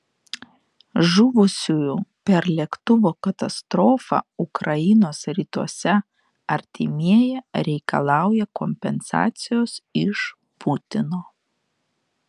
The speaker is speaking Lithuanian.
žuvusiųjų per lėktuvo katastrofą ukrainos rytuose artimieji reikalauja kompensacijos iš putino